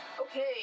Okay